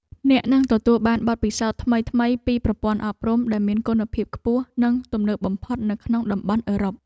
អ្នកនឹងទទួលបានបទពិសោធន៍ថ្មីៗពីប្រព័ន្ធអប់រំដែលមានគុណភាពខ្ពស់និងទំនើបបំផុតនៅក្នុងតំបន់អឺរ៉ុប។